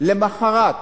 למחרת